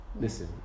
listen